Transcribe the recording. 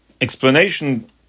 explanation